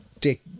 take